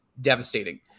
devastating